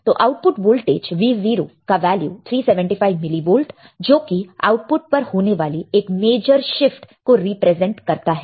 तो output voltage Vo का value 375 millivolt जोकि आउटपुट पर होने वाली एक मेजर शिफ्ट को रिप्रेजेंट करता है